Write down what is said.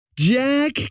Jack